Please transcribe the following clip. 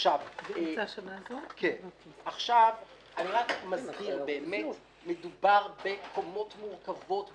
אני מסביר, באמת מדובר בקומות מורכבות,